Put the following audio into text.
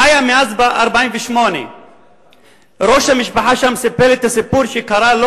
חיה מאז 1948. ראש המשפחה שם סיפר את הסיפור שקרה לו